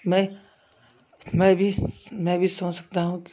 मैं मैं भी मैं भी समझ सकता हूँ